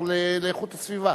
לאיכות הסביבה.